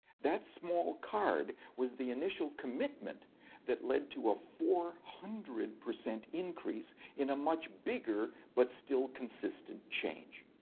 that small card was the initial commitment that led to a four hundred percent increase in a much bigger but still consistent change.